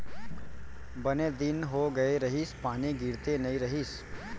बने दिन हो गए रहिस, पानी गिरते नइ रहिस